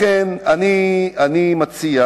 לכן, אני מציע